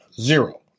Zero